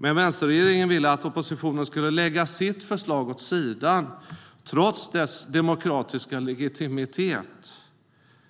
Men vänsterregeringen vill att oppositionen ska lägga sitt förslag åt sidan, trots dess demokratiska legitimitet,